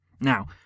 Now